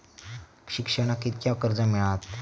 शिक्षणाक कीतक्या कर्ज मिलात?